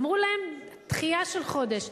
אמרו להם: דחייה של חודש.